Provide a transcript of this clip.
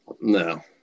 No